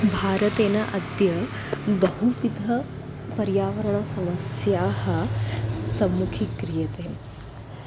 भारतेन अद्य बहुविधपर्यावरणसमस्याः सम्मुखीक्रियते